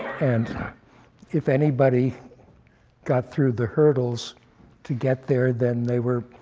and if anybody got through the hurdles to get there, then they were